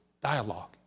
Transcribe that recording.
dialogue